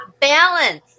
balance